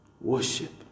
Worship